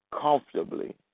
comfortably